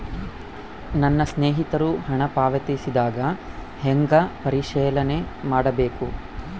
ನನ್ನ ಸ್ನೇಹಿತರು ಹಣ ಪಾವತಿಸಿದಾಗ ಹೆಂಗ ಪರಿಶೇಲನೆ ಮಾಡಬೇಕು?